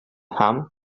ham